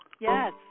Yes